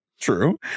true